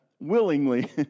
willingly